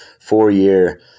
four-year